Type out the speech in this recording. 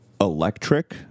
electric